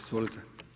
Izvolite.